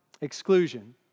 exclusion